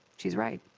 she's right.